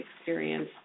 experience